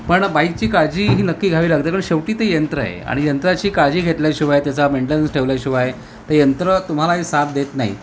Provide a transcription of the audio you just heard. पण बाईकची काळजी ही नक्की घावी लागते पण शेवटी ते यंत्र आहे आणि यंत्राची काळजी घेतल्याशिवाय त्याचा मेंटेनन्स ठेवल्याशिवाय ते यंत्र तुम्हालाही साथ देत नाही